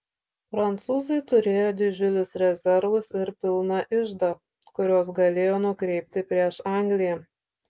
prancūzai turėjo didžiulius rezervus ir pilną iždą kuriuos galėjo nukreipti prieš angliją